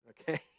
okay